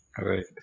right